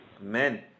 Amen